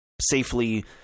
safely